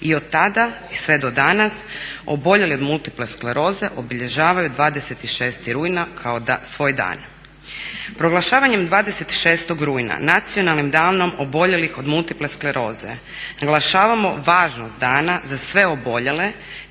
i od tada i sve do danas oboljeli od multiple skleroze obilježavaju 26.rujna kao svoj dan. Proglašavanjem 26.rujna nacionalnim danom oboljelih od multiple skleroze naglašavamo važnost dana za sve oboljele